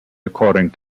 according